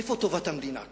איפה טובת המדינה כאן?